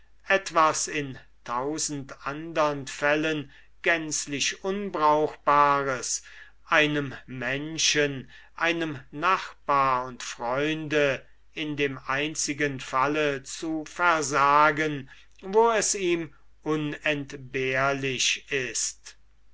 etwas in tausend andern fällen gänzlich unbrauchbares einem menschen einem nachbar und freunde in dem einzigen falle zu versagen wo es ihm unentbehrlich ist